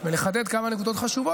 ונחדד כמה נקודות חשובות.